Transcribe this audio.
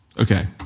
Okay